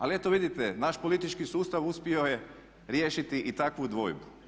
Ali eto vidite naš politički sustav uspio je riješiti i takvu dvojbu.